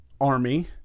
army